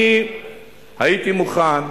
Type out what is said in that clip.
אני הייתי מוכן,